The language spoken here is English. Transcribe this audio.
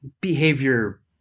behavior